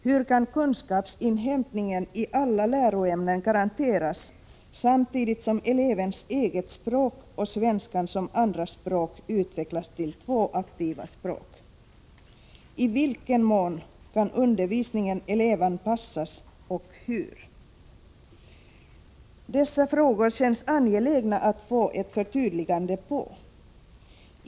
Hur kan kunskapsinhämtningen i alla läroämnen garanteras samtidigt som elevens eget språk och svenskan som andra språk utvecklas till två aktiva språk? Det känns angeläget att få förtydligande svar på dessa frågor.